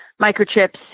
microchips